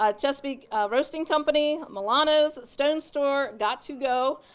ah chesapeake roasting company, milano's, stone store, got two go,